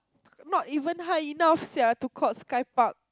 not even high enough sia to called sky park